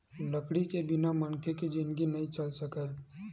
लकड़ी के बिना मनखे के जिनगी नइ चल सकय